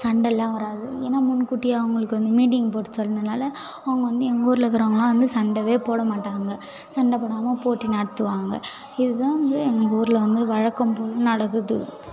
சண்டைலாம் வராது ஏன்னா முன்கூட்டியே அவங்களுக்கு வந்து மீட்டிங் போட்டு சொன்னதனால அவங்க வந்து எங்கூரில் இருக்கிறவங்களெலாம் வந்து சண்டயே போடமாட்டாங்க சண்ட போடாமல் போட்டி நடத்துவாங்க இதுதான் வந்து எங்கூரில் வந்து வழக்கம் போல் நடக்குது